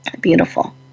Beautiful